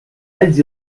alls